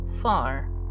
far